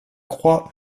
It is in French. croix